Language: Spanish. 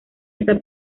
esa